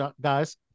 guys